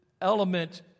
element